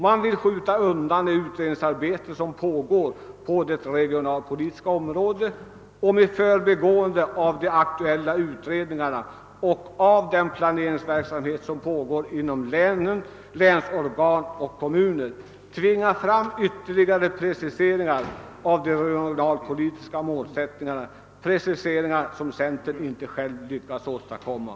Man vill skjuta undan det utredningsarbete som pågår på det regionalpolitiska området och med förbigående av de aktuella utredningarna och av den planeringsverksamhet som pågår inom länsorgan och kommuner tvinga fram ytterligare preciseringar av de regionalpolitiska målsättningarna, preciseringar som centern inte själv lyckas åstadkomma.